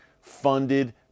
funded